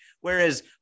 Whereas